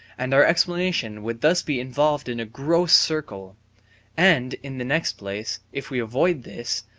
and our explanation would thus be involved in a gross circle and, in the next place, if we avoid this,